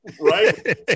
Right